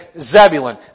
Zebulun